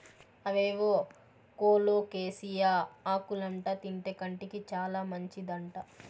అవేవో కోలోకేసియా ఆకులంట తింటే కంటికి చాలా మంచిదంట